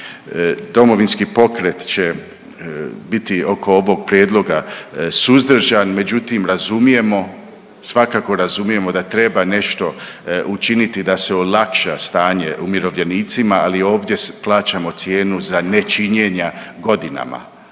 Domovinski pokret će biti oko ovog prijedloga suzdržan, međutim razumijemo, svakako razumijemo da treba nešto učiniti da se olakša stanje umirovljenicima, ali ovdje plaćamo cijenu za nečinjenja godinama,